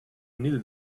knew